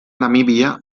namíbia